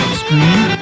screen